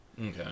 Okay